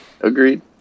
agreed